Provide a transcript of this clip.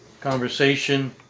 conversation